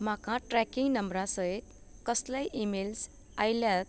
म्हाका ट्रॅकींग नंबरांसयत कसले ईमेल्स आयल्यात